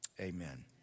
Amen